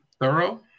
thorough